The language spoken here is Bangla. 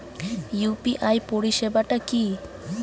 ইউ.পি.আই পরিসেবাটা কি?